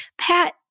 Pat